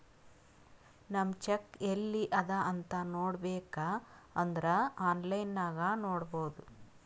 ನಮ್ ಚೆಕ್ ಎಲ್ಲಿ ಅದಾ ಅಂತ್ ನೋಡಬೇಕ್ ಅಂದುರ್ ಆನ್ಲೈನ್ ನಾಗ್ ನೋಡ್ಬೋದು